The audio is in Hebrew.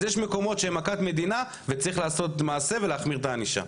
אז יש מקומות שהם מכת מדינה וצריך לעשות מעשה ולהחמיר את הענישה.